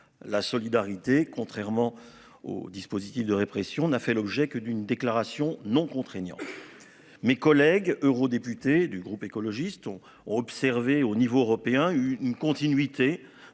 La solidarité contrairement au dispositif de répression n'a fait l'objet que d'une déclaration non contraignant. Mes collègues eurodéputés du groupe écologiste ont observé au niveau européen une continuité